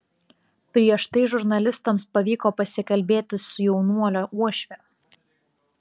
prieš tai žurnalistams pavyko pasikalbėti su jaunuolio uošve